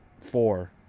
four